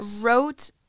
wrote